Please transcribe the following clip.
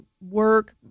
work